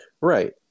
Right